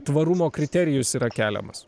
tvarumo kriterijus yra keliamas